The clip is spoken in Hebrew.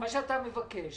מה שאתה מבקש,